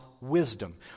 wisdom